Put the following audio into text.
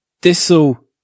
this'll